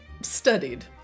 studied